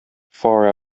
far